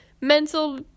mental